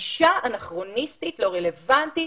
גישה אנכרוניסטית ולא רלוונטית.